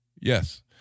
Yes